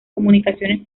comunicaciones